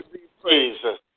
Jesus